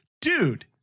dude